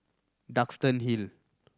Duxton Hill